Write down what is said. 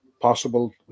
possible